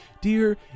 dear